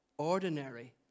ordinary